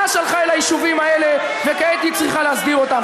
שלחה אל היישובים האלה וכעת היא צריכה להסדיר אותם?